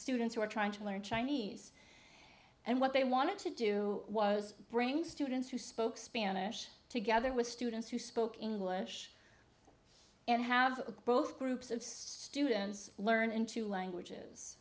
students who are trying to learn chinese and what they wanted to do was bring students who spoke spanish together with students who spoke english and have both groups of students learn in two languages